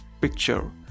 picture